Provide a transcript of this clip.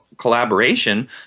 Collaboration